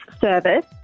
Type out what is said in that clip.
service